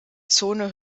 zone